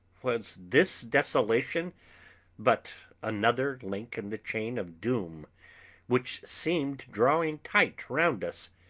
was this desolation but another link in the chain of doom which seemed drawing tight around us?